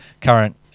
current